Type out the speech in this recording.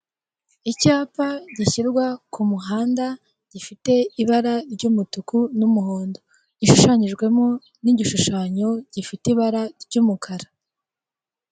Icyapa gishyirwa kumuhanda gifite ibara ry'umutuku n'umuhondo, gishushanyijwemo n'igishushanyo gifite ibara ry'umukara.